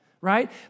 right